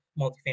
multifamily